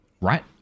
right